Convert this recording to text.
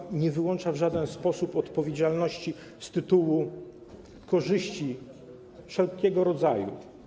Ustawa nie wyłącza w żaden sposób odpowiedzialności z tytułu korzyści wszelkiego rodzaju.